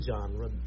genre